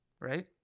right